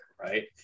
right